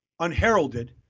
unheralded